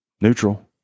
neutral